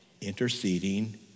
Interceding